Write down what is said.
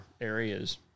areas